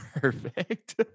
Perfect